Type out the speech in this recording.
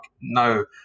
no